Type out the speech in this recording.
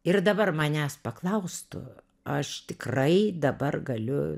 ir dabar manęs paklaustų aš tikrai dabar galiu